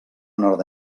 nord